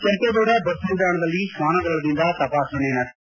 Kempegowda bus ನಿಲ್ದಾಣದಲ್ಲಿ ಶ್ವಾನದಳದಿಂದ ತಪಾಸಣೆ ನಡೆಸಲಾಗಿದ್ದು